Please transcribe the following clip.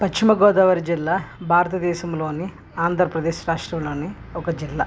పశ్చిమగోదావరి జిల్లా భారతదేశంలోని ఆంధ్రప్రదేశ్ రాష్ట్రంలోని ఒక జిల్లా